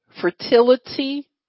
fertility